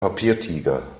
papiertiger